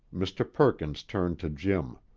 mr. perkins turned to jim.